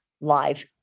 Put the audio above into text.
live